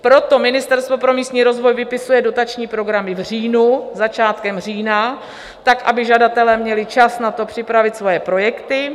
Proto Ministerstvo pro místní rozvoj vypisuje dotační programy v říjnu, začátkem října, aby žadatelé měli čas na to, připravit své projekty.